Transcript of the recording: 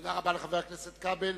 תודה רבה לחבר הכנסת כבל.